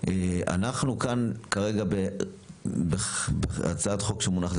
אנחנו כאן כרגע בהצעת חוק שמונחת